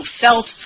felt